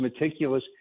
meticulous